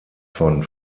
von